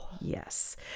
yes